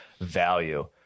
value